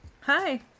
Hi